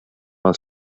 els